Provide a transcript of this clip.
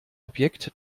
objekt